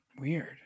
Weird